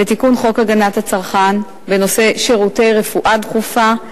לתיקון חוק הגנת הצרכן בנושא שירותי רפואה דחופה,